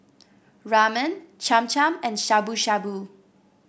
Ramen Cham Cham and Shabu Shabu